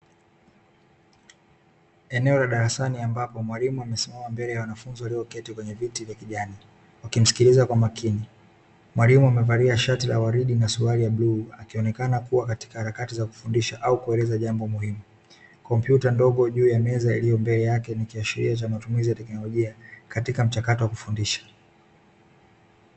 Eneo la darasani ambapo mwalimu amesimama mbele ya wanafunzi walioketi kwenye viti vya kijani wakimsikiliza kwa makini, mwalimu amevalia shati la waridi na suruali ya bluu akionekana kuwa katika harakati za kufundisha au kuelezea jambo muhimu, kompyuta ndogo juu ya meza iliyo mbele yake ni kiashiria cha matumizi ya teknolojia katika mchakato wa kufundisha.